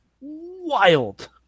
wild